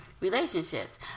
relationships